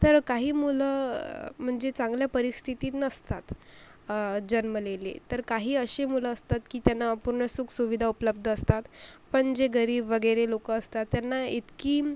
तर काही मुलं म्हणजे चांगल्या परिस्थितीत नसतात जन्मलेले तर काही असे मुलं असतात की त्यांना पूर्ण सुख सुविधा असतात पण जे गरीब वगैरे लोक असतात त्यांना इतकी